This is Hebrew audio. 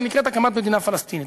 שנקראת הקמת מדינה פלסטינית.